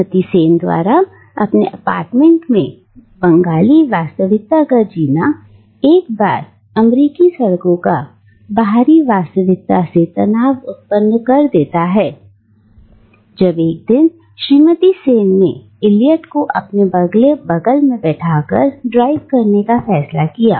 श्रीमती सेन द्वारा अपने अपार्टमेंट में बंगाली वास्तविकता को जीना एक बार अमेरिकी सड़कों की बाहरी वास्तविकता से तनाव उत्पन्न कर देता है जब एक दिन श्रीमती सेन ने इलियट को अपने बगल में बैठा कर ड्राइव करने का फैसला किया